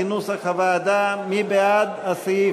אם כן, בעד, 15,